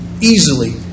easily